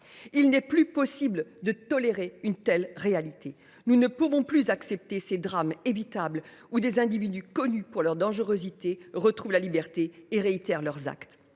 Il n’est plus possible de tolérer une telle réalité. Nous ne pouvons plus accepter ces drames évitables, avec ces individus connus pour leur dangerosité qui retrouvent la liberté et qui réitèrent leurs actes.